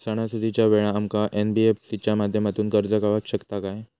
सणासुदीच्या वेळा आमका एन.बी.एफ.सी च्या माध्यमातून कर्ज गावात शकता काय?